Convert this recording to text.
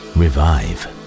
revive